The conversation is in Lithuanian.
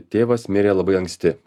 tėvas mirė labai anksti